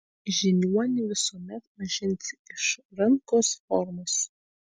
žiniuonį visuomet pažinsi iš rankos formos